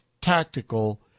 tactical